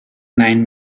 nine